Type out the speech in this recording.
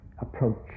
approach